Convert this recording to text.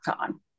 on